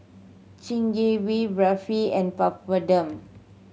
Chigenabe Barfi and Papadum